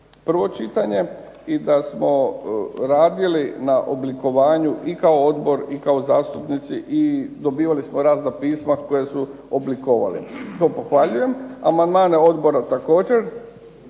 prvo čitanje i da smo radili na oblikovanju i kao Odbor i kao zastupnici i dobivali smo razna pisma koje smo oblikovali. To pohvaljujem, amandmane odbora također,